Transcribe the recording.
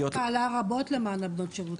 דווקא עלה רבות למען בנות שירות.